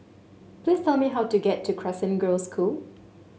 please tell me how to get to Crescent Girls' School